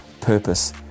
purpose